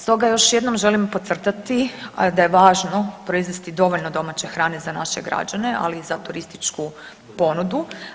Stoga još jednom želim podcrtati a da je važno proizvesti dovoljno domaće hrane za naše građane ali i za turističku ponudu.